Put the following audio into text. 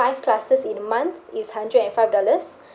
five classes in a month is hundred and five dollars